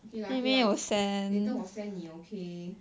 okay lah okay lah later 我 send 你 okay